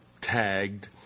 tagged